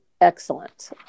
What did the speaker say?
excellent